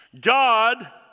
God